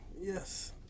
yes